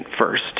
first